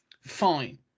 Fine